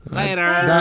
Later